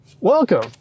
Welcome